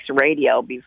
Radio